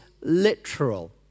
literal